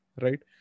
right